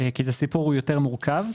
כי הסיפור מורכב יותר,